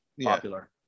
popular